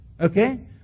Okay